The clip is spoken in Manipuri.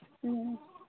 ꯑꯥ